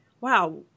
wow